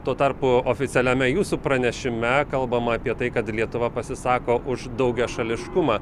tuo tarpu oficialiame jūsų pranešime kalbama apie tai kad lietuva pasisako už daugiašališkumą